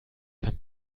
beim